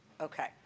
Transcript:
Okay